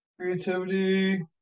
Creativity